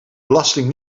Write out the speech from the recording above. belasting